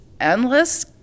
endless